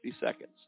seconds